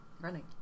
running